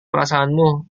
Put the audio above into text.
perasaanmu